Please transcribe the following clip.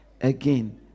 Again